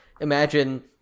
imagine